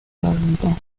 میدهیم